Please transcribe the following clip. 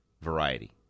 variety